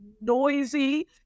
noisy